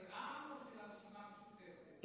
או של הרשימה המשותפת?